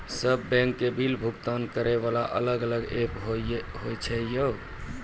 सब बैंक के बिल भुगतान करे वाला अलग अलग ऐप्स होय छै यो?